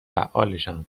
فعالشان